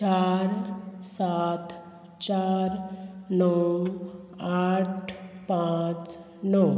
चार सात चार णव आठ पांच णव